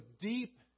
deep